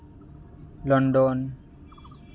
London